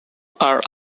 are